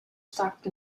stacked